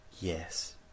yes